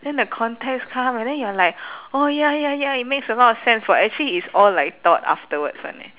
then the context come and then you're like oh ya ya ya it makes a lot of sense but actually it's all like thought afterwards [one] eh